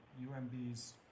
UMB's